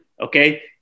okay